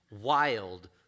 wild